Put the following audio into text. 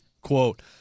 quote